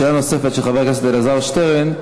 שאלה נוספת של חבר הכנסת אלעזר שטרן,